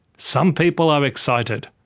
some people are excited,